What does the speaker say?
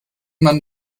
man